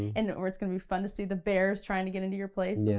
and or it's gonna be fun to see the bears trying to get into your place yeah